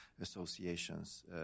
associations